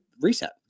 Reset